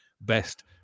best